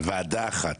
לוועדה אחת,